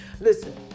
Listen